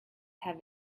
have